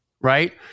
Right